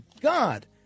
god